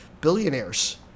billionaires